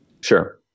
Sure